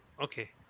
Okay